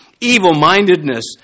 evil-mindedness